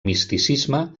misticisme